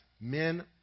...men